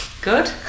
good